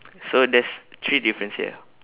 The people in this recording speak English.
so there's three difference here